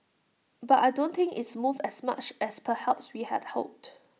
but I don't think it's moved as much as perhaps we had hoped